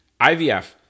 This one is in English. IVF